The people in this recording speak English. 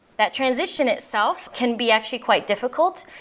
that transition itself can be actually quite difficult.